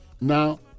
Now